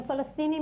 ופלשתינים,